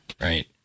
right